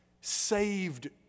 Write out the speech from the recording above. saved